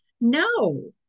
No